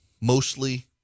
Mostly